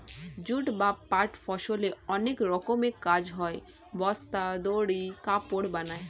jute বা পাট ফসলের অনেক রকমের কাজ হয়, বস্তা, দড়ি, কাপড় বানায়